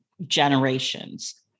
Generations